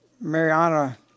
Mariana